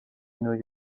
new